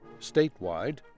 statewide